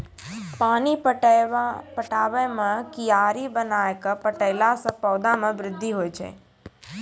पानी पटाबै मे कियारी बनाय कै पठैला से पौधा मे बृद्धि होय छै?